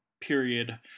period